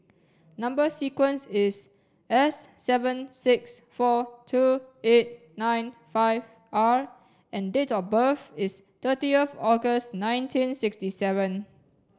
number sequence is S seven six four two eight nine five R and date of birth is thirty of August nineteen sixty seven